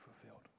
fulfilled